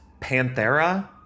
panthera